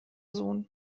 sohn